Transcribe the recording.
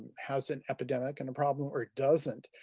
has an epidemic and and problem, or it doesn't.